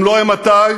אם לא, אימתי?